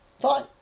Fine